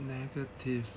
negative